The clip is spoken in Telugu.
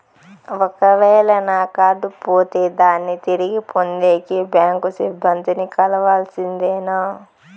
ఒక వేల నా కార్డు పోతే దాన్ని తిరిగి పొందేకి, బ్యాంకు సిబ్బంది ని కలవాల్సిందేనా?